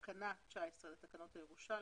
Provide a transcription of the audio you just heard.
תקנה 19 לתקנות הירושה,